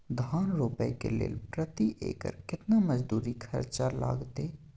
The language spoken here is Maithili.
धान रोपय के लेल प्रति एकर केतना मजदूरी खर्चा लागतेय?